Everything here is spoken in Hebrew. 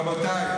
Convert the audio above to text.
רבותיי,